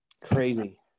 Crazy